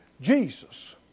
Jesus